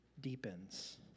deepens